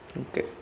Okay